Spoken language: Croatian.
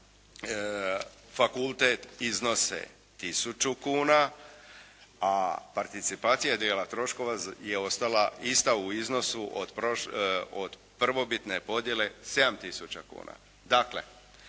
za fakultet iznose tisuću kuna, a participacija dijela troškova je ostala ista u iznosu od prvobitne podijele 7 tisuća